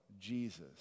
Jesus